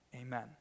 Amen